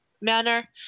manner